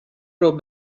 ربع